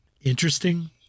interesting